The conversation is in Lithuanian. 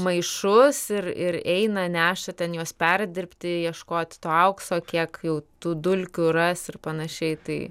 maišus ir ir eina neša ten juos perdirbti ieškoti to aukso kiek jau tų dulkių ras ir panašiai tai